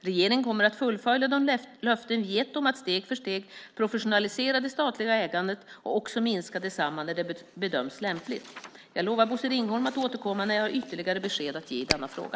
Regeringen kommer att fullfölja de löften vi gett om att steg för steg professionalisera det statliga ägandet och också minska detsamma när det bedöms lämpligt. Jag lovar Bosse Ringholm att återkomma när jag har ytterligare besked i denna fråga.